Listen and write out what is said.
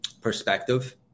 Perspective